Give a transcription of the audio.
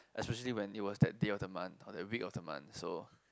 especially when it was that day of the month or that week of the month so